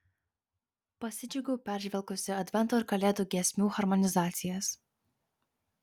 pasidžiaugiau peržvelgusi advento ir kalėdų giesmių harmonizacijas